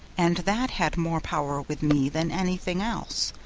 and that had more power with me than anything else,